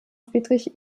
friedrich